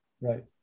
Right